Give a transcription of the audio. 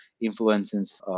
influences